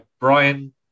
Brian